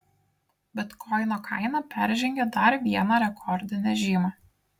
bitkoino kaina peržengė dar vieną rekordinę žymą